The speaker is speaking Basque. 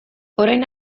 orain